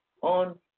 on